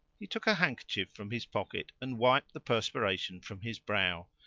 he took a handkerchief from his pocket, and wiped the perspiration from his brow.